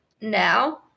now